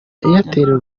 airtel